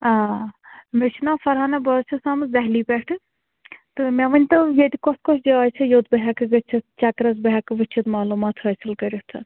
آ مےٚچھُ ناو فرحانہ بہٕ حظ چھَس آمٕژ دہلی پٮ۪ٹھ تہٕ مےٚ ؤنۍ تو ییٚتہِ کۄس کۄس جاے چھِ یوٚت بہٕ ہیٚکہٕ گٔژِتھ چَکرَس بہٕ ہیٚکہٕ وُچھِتھ معلوٗمات حٲصِل کٔرِتھ